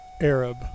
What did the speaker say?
Arab